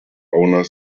owner